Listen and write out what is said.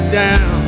down